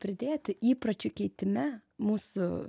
pridėti įpročių keitime mūsų